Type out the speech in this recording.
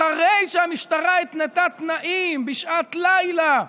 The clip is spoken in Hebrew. אחרי שהמשטרה התנתה תנאים בשעת לילה,